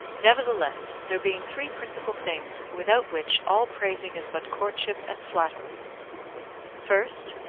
nevertheless there being three principal things, without which all praising is but courtship and flattery first,